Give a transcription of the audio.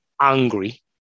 angry